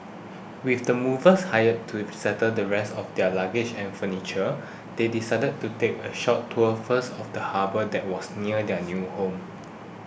with the movers hired to settle the rest of their luggage and furniture they decided to take a short tour first of the harbour that was near their new home